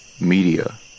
Media